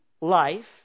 life